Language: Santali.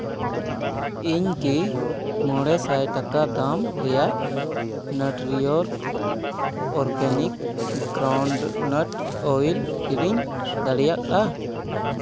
ᱤᱧ ᱠᱤ ᱢᱚᱬᱮ ᱥᱟᱭ ᱴᱟᱠᱟ ᱫᱟᱢ ᱨᱮᱭᱟᱜ ᱱᱚᱴᱨᱤᱭᱚᱨᱜ ᱚᱨᱜᱟᱱᱤᱠ ᱜᱨᱟᱣᱩᱱᱰᱱᱟᱴ ᱚᱭᱮᱞ ᱠᱤᱨᱤᱧ ᱫᱟᱲᱮᱭᱟᱜᱼᱟ